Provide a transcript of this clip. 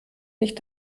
nicht